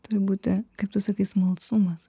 turi būti kaip tu sakai smalsumas